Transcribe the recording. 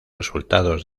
resultados